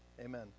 Amen